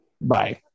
Bye